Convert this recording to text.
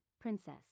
princess